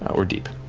or deep.